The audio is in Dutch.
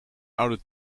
oude